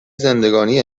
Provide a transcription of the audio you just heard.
زندگانی